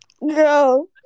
No